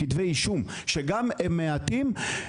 שהם מעטים,